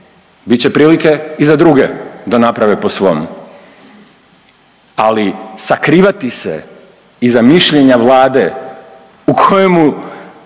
će prilike i za druge da naprave po svom. Ali, sakrivati se iza mišljenja Vlade u kojemu,